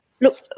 Look